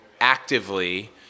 actively